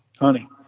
Honey